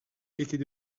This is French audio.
était